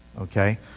Okay